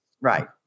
Right